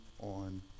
on